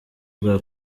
bwa